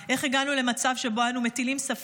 איך הגענו למצב שבו אנו מטילים ספק